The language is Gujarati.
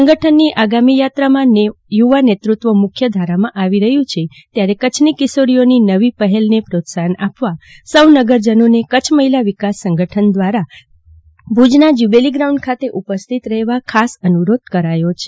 સંગઠનની આગામી યાત્રામાં યુવા નેતૃત્વ મુખ્ય ધારામાં આવી રહ્યુ છે ત્યારે કચ્છની કિશોરીઓની નવી પહેલને પ્રોત્સાહન આપવા સૌ નગરજનોને કચ્છ મહિલા વિકાસ સંગઠન દ્રારા ભુજના જયુબિલી ગ્રાઉન્ડ ખાતે ઉપસ્થિત રહેવા અનુરોધ કરાયો છે